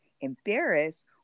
embarrass